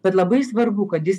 bet labai svarbu kad jis